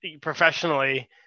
professionally